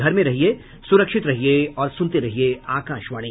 घर में रहिये सुरक्षित रहिये और सुनते रहिये आकाशवाणी